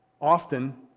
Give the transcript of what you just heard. often